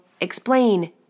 explain